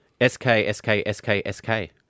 S-K-S-K-S-K-S-K